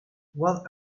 what